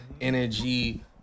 energy